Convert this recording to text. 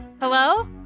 Hello